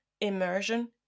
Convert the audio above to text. immersion